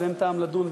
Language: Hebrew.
אז אין טעם לדון,